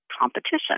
competition